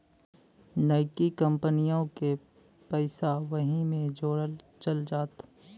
नइकी कंपनिओ के पइसा वही मे जोड़ल चल जात